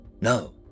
No